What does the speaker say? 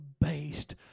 based